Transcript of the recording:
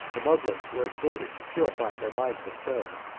the moslems were exhorted to purify their minds with prayer,